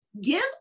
give